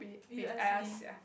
you ask me